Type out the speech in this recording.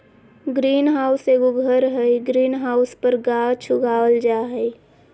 green house एगो घर हइ, ग्रीन हाउस पर गाछ उगाल जा हइ